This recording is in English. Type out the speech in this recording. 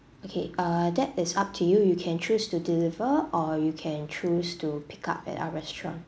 okay uh that is up to you you can choose to deliver or you can choose to pick up at our restaurant